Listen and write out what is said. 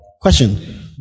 Question